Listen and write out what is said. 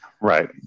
Right